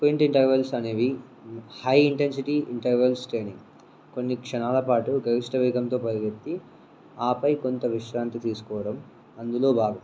swing intervals అనేవి high intensity intervals training కొన్ని క్షణాల పాటు గవిష్ట వేగంతో పరిగెత్తి ఆపై కొంత విశ్రాంతి తీసుకోవడం అందులో భాగం